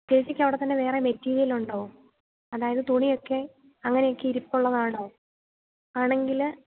ചേച്ചിക്ക് അവിടെത്തന്നെ വേറെ മെറ്റിരിയല് ഉണ്ടോ അതായത് തുണിയൊക്കെ അങ്ങനെയൊക്കെ ഇരിപ്പുള്ളതാണോ ആണെങ്കില്